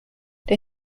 der